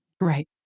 Right